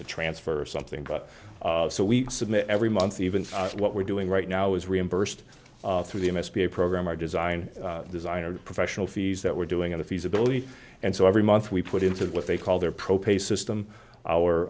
to transfer or something but so we submit every month even if what we're doing right now is reimbursed through the m s p a program or design design or professional fees that we're doing on the feasibility and so every month we put into what they call their pro pay system our